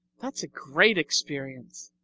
that's a great experience.